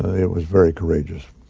it was very courageous.